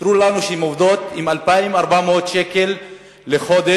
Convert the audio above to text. הן סיפרו לנו שהן עובדות ב-2,400 שקל לחודש,